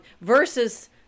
Versus